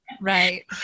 right